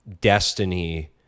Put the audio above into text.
destiny